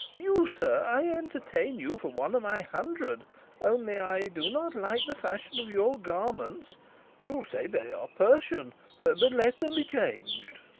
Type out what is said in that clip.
you, sir, i entertain you for one of my hundred only i do not like the fashion of your garments you'll say they are persian but let them be changed.